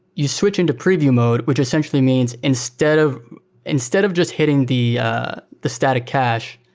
you switch into preview mode, which essentially means instead of instead of just hitting the the static cache,